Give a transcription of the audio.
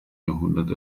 jahrhundert